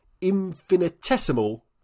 infinitesimal